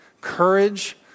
courage